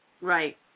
Right